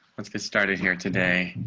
let's get started here today.